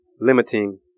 limiting